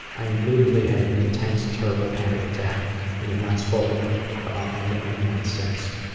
i immediately had an intense, terrible panic attack and have not spoken about them to anyone since.